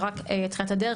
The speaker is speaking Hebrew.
זו רק תחילת הדרך.